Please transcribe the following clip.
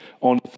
On